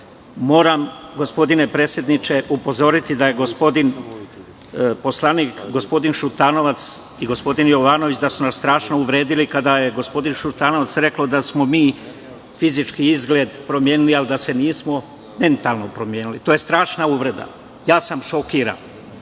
gospodine predsedniče, upozoriti da je gospodin poslanik Šutanovac, i gospodin Jovanović, su nas strašno uvredili, kada je gospodin Šutanovac rekao da smo mi fizički izgled promenili, ali da se nismo mentalno promenili. To je strašna uvreda. Ja sam šokiran,